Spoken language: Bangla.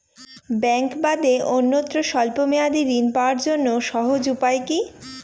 ব্যাঙ্কে বাদে অন্যত্র স্বল্প মেয়াদি ঋণ পাওয়ার জন্য সহজ উপায় কি?